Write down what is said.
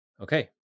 Okay